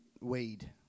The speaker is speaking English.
Weed